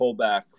pullback